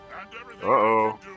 Uh-oh